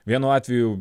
vienu atveju